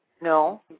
No